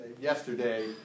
yesterday